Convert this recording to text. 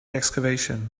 excavation